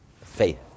faith